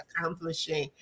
accomplishing